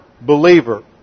believer